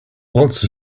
lots